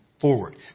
forward